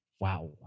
Wow